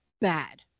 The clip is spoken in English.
bad